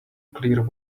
clear